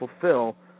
fulfill